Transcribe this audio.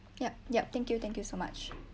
yup yup thank you thank you so much